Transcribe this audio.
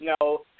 no